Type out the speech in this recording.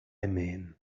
mean